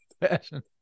fashion